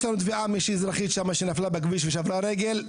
יש לנו תביעה איזו אזרחית שם שנפלה בכביש ושברה רגל,